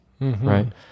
right